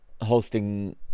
hosting